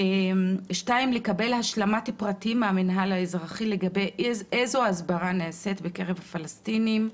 2. לקבל השלמת פרטים מהמינהל לגבי ההסברה שנעשית בקרב הפלסטינים,